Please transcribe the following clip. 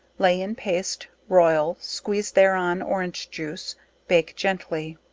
lay in paste, royal, squeeze thereon orange juice bake gently.